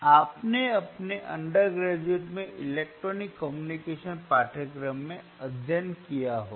आपने अपने अंडरग्रेजुएट में इलेक्ट्रॉनिक कम्युनिकेशन पाठ्यक्रम में अध्ययन किया होगा